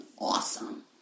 awesome